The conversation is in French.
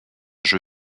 jeu